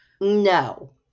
No